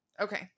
Okay